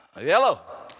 Yellow